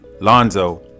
Lonzo